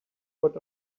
what